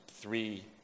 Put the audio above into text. three